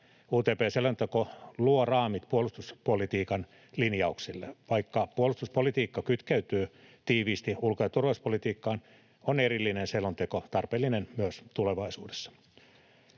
UTP-selonteko luo raamit puolustuspolitiikan linjauksille. Vaikka puolustuspolitiikka kytkeytyy tiiviisti ulko- ja turvallisuuspolitiikkaan, on erillinen selonteko tarpeellinen myös tulevaisuudessa.